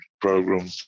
program